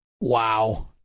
Wow